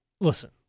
listen